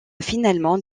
finalement